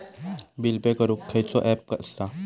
Bill pay करूक खैचो app असा?